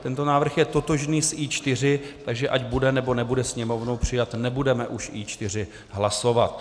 Tento návrh je totožný s I4, takže ať bude, nebo nebude Sněmovnou přijat, nebudeme už I4 hlasovat.